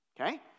Okay